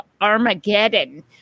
Armageddon